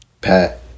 Pat